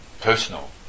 personal